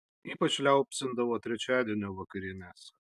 ypač liaupsindavo trečiadienio vakarienes